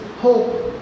hope